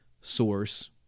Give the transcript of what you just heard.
source